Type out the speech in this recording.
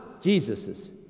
Jesus's